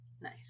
Nice